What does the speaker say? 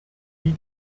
die